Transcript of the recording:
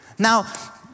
Now